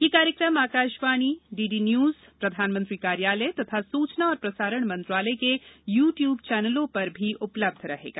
यह कार्यक्रम Akashvani DD News प्रधानमंत्री कार्यालय तथा सूचना और प्रसारण मंत्रालय के यू ट्यूब चैनलों पर उपलब्ध रहेगा